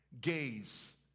gaze